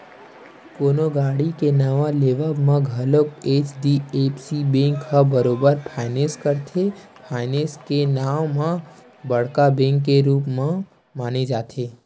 कोनो गाड़ी के नवा लेवब म घलोक एच.डी.एफ.सी बेंक ह बरोबर फायनेंस करथे, फायनेंस के नांव म बड़का बेंक के रुप माने जाथे